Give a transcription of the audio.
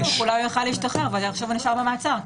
אולי יכול להשתחרר ועכשיו נשאר במעצר.